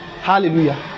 Hallelujah